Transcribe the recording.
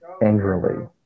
Angrily